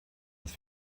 das